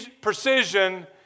precision